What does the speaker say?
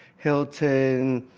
hilton,